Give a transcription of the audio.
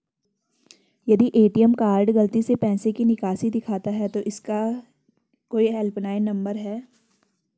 यदि ATM card गलती से पैसे की निकासी दिखाता है तो क्या इसका कोई हेल्प लाइन नम्बर है?